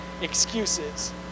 excuses